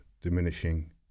diminishing